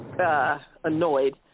Annoyed